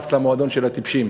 הצטרפת למועדון של הטיפשים,